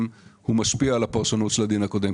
הוא משפיע על הפרשנות של הדין הקודם.